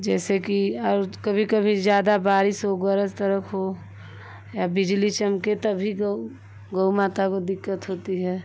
जैसे कि और कभी कभी ज़्यादा बारिश हो गरज तड़क हो या बिजली चमके तभी गौ गौ माता को दिक्कत होती है